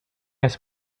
has